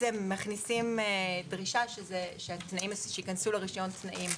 מכניסים דרישה שייכנסו לרישיון תנאים.